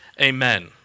Amen